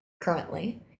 currently